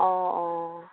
অঁ অঁ